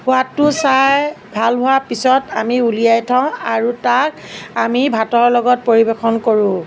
সোৱাদটো চাই ভাল হোৱাৰ পিছত আমি উলিয়াই থওঁ আৰু তাক আমি ভাতৰ লগত পৰিৱেশন কৰোঁ